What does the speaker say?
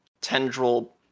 Tendril